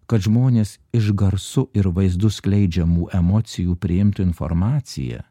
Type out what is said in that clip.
kad žmonės iš garsu ir vaizdu skleidžiamų emocijų priimtų informaciją